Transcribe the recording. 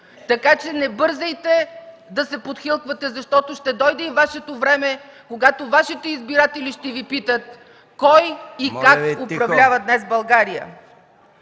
Така че не бързайте да се подхилквате, защото ще дойде и Вашето време, когато и Вашите избиратели ще Ви питат кой и как управлява днес България.